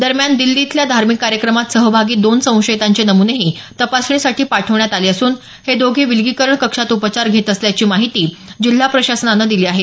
दरम्यान दिल्ली इथल्या धार्मिक कार्यक्रमात सहभागी दोन संशयितांचे नमुनेही तपासणीसाठी पाठवण्यात आले असून हे दोघे विलगीकरण कक्षात उपचार घेत असल्याची माहिती जिल्हा प्रशासनानं दिली आहे